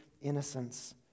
innocence